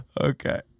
Okay